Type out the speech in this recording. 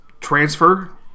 transfer